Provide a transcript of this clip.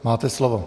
Máte slovo.